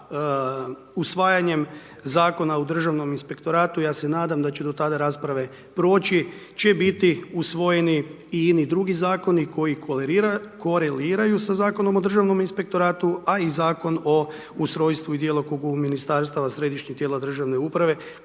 usvajanjem Zakona o državnom inspektoratu, ja se nadam da će do tada rasprave proći, će biti usvojeni i ini drugi Zakoni koji koreliraju sa Zakonom o državnom inspektoratu, a i Zakon o ustrojstvu i djelokrugu Ministarstava Središnjih tijela državne uprave